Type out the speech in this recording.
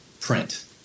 print